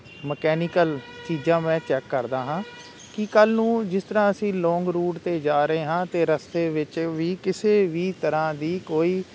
mechanical ਚੀਜ਼ਾਂ ਮੈਂ check ਕਰਦਾ ਹਾਂ ਕਿ ਕੱਲ੍ਹ ਨੂੰ ਜਿਸ ਤਰ੍ਹਾਂ ਅਸੀਂ ਲੋਂਗ ਰੂਟ 'ਤੇ ਜਾ ਰਹੇ ਹਾਂ ਅਤੇ ਰਸਤੇ ਵਿੱਚ ਵੀ ਕਿਸੇ ਵੀ ਤਰ੍ਹਾਂ ਦੀ ਕੋਈ